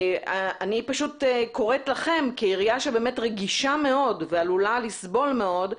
אני פשוט קוראת לכם כעירייה שבאמת רגישה מאוד ועלולה לסבול מאוד,